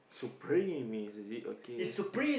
supremist is it okay ah